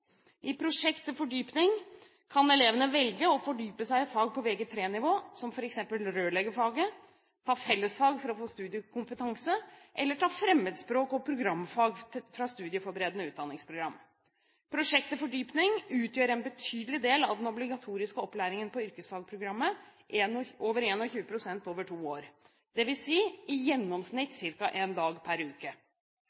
I prosjekt til fordypning kan elevene velge å fordype seg i fag på Vg3-nivå, som f.eks. rørleggerfaget, ta fellesfag for å få studiekompetanse eller ta fremmedspråk og programfag fra studieforberedende utdanningsprogram. Prosjekt til fordypning utgjør en betydelig del av den obligatoriske opplæring på yrkesfagprogrammet, over 21 pst. over to år – dvs. i gjennomsnitt